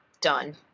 done